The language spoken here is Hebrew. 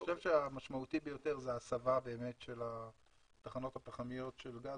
אני חושב שהמשמעותי ביותר זה ההסבה של התחנות הפחמיות של הגז,